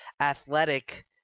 athletic –